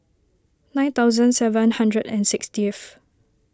nine thousand seven hundred and sixtieth